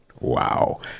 Wow